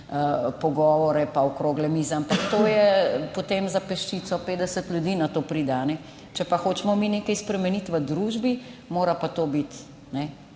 pogovore pa okrogle mize, ampak to je potem za peščico, 50 ljudi na to pride. Če hočemo mi nekaj spremeniti v družbi, mora pa to biti